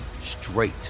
straight